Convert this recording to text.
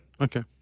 Okay